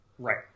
right